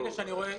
ברגע שאני רואה,